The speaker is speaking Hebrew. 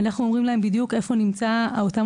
אנחנו אומרים להם בדיוק איפה נמצאים אותם